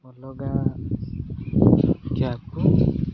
ଅଲଗା ଯାହାକୁ